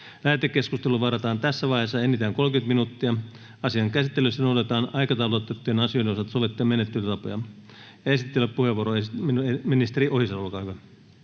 Lähetekeskustelua varten varataan tässä vaiheessa enintään 30 minuuttia. Asian käsittelyssä noudatetaan aikataulutettujen asioiden osalta sovittuja menettelytapoja. — Esittelypuheenvuoro, ministeri Lindén, olkaa hyvä.